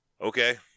okay